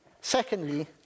Secondly